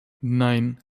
nine